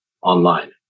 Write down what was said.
online